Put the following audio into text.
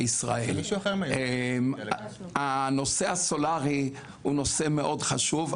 ישראל; הנושא הסולרי הוא נושא מאוד חשוב,